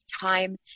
time